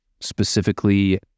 specifically